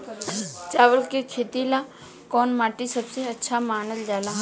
चावल के खेती ला कौन माटी सबसे अच्छा मानल जला?